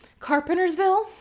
Carpentersville